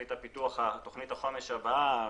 תכנית החומש הבאה,